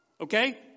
Okay